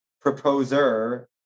proposer